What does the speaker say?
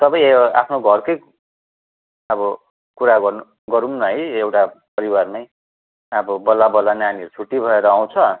सबै आफ्नो घरकै अब कुरा गर्नु गरौँ न है एउटा परिवारमै अब बल्ल बल्ल नानीहरू छुट्टी भएर आउँछ